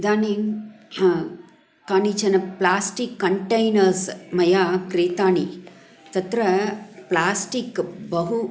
इदानीं कानिचन plastic containers मया क्रीतानि तत्र प्लास्टिक् बहु